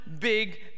big